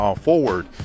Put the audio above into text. forward